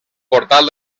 portal